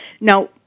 Now